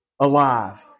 Alive